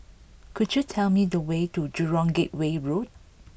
could you tell me the way to Jurong Gateway Road